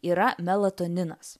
yra melatoninas